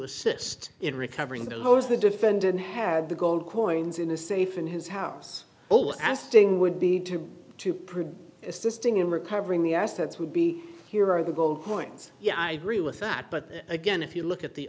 assist in recovering those the defendant have the gold coins in a safe in his house as sting would be to to prove assisting in recovering the assets would be here are the gold coins yeah i agree with that but again if you look at the